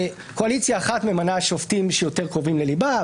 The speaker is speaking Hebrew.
שקואליציה אחת ממנה שופטים שיותר קרובים לליבה,